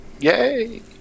Yay